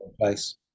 place